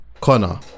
Connor